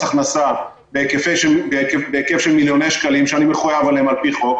הכנסה בהיקף של מיליוני שקלים שאני מחויב עליהם על-פי חוק,